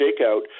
shakeout